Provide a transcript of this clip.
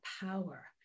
power